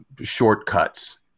shortcuts